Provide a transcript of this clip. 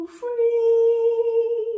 free